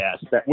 Yes